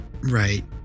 Right